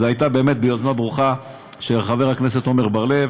זה היה באמת ביוזמה ברוכה של חבר הכנסת עמר בר-לב,